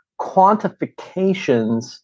quantifications